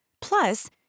Plus